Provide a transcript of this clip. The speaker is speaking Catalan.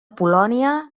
polònia